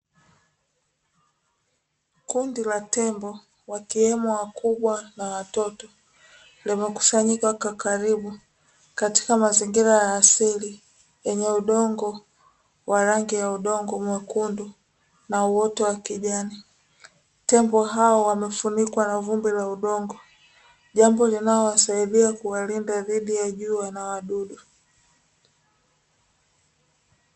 Kundi la tembo wakiwemo wakubwa na watoto limekusanyika kwa karibu katika mazingira ya asili yenye udongo wa rangi ya udongo mwekundu, na uoto wa kijani tembo hao wamefunikwa na vumbi la udongo jambo linalowasaidia kuwalinda dhidi ya jua na wadudu.